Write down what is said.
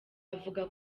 avuga